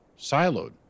siloed